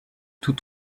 tout